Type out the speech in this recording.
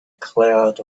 cloud